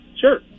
Sure